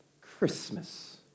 Christmas